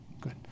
good